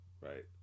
Right